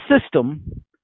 system